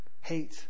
hate